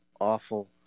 awful